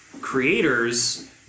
creators